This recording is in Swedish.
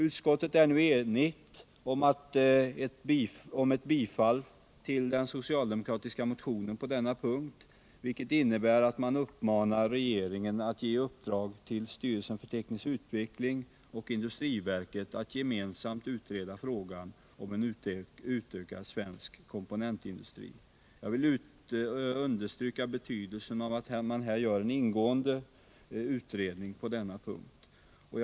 Utskottet står enigt bakom ett tillstyrkande av den socialdemokratiska motionen på denna punkt, vilket innebär att man uppmanar regeringen att ge i uppdrag till styrelsen för teknisk utveckling och industriverket att gemensamt utreda frågan om en utökad svensk komponentindustri. Jag vill understryka betydelsen av att man genomför en ingående utredning på denna punkt.